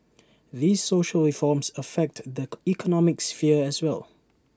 these social reforms affect the economic sphere as well